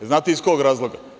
Znate iz kog razloga?